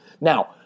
Now